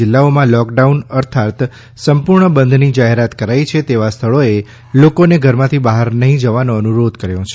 જિલ્લાઓમાં લોકડાઉન અર્થાત સંપૂર્ણ બંધની જાહેરાત કરાઈ છે તેવા સ્થળોએ લોકોને ઘરમાંથી બહાર નહીં જવાનો અનુરોધ કર્યો છે